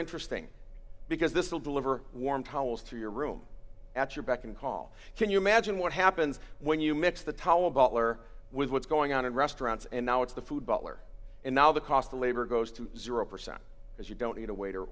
interesting because this will deliver warm towels to your room at your beck and call can you imagine what happens when you mix the towel bottler with what's going on at restaurants and now it's the food butler and now the cost of labor goes to zero percent as you don't need a waiter